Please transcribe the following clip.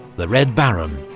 the red baron,